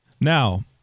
Now